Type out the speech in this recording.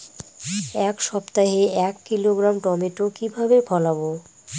এক সপ্তাহে এক কিলোগ্রাম টমেটো কিভাবে ফলাবো?